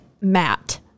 Matt